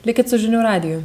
likit su žinių radiju